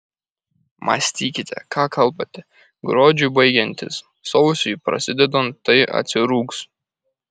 mąstykite ką kalbate gruodžiui baigiantis sausiui prasidedant tai atsirūgs